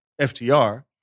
FTR